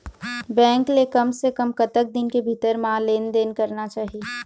Bank ले कम से कम कतक दिन के भीतर मा लेन देन करना चाही?